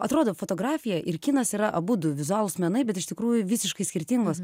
atrodo fotografija ir kinas yra abudu vizualūs menai bet iš tikrųjų visiškai skirtingos